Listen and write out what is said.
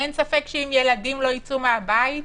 אין ספק שאם ילדים לא יצאו מהבית,